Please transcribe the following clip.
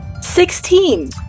Sixteen